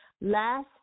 Last